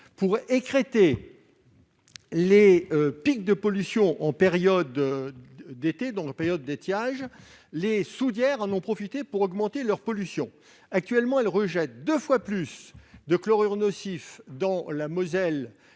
pour écrêter les pics de pollution en période d'étiage, c'est-à-dire en été, les soudières en ont profité pour augmenter leur pollution. Actuellement, ces entreprises rejettent deux fois plus de chlorures nocifs dans la Moselle